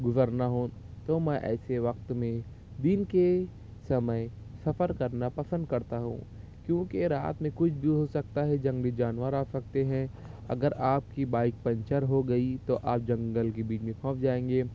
گزرنا ہو تو میں ایسے وقت میں دن کے سمئے سفر کرنا پسند کرتا ہوں کیونکہ رات میں کچھ بھی ہو سکتا ہے جنگلی جانور آ سکتے ہیں اگر آپ کی بائک پنچر ہو گئی تو آپ جنگل کے بیچ میں پھنس جائیں گے